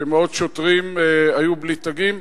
שמאות שוטרים היו בלי תגים.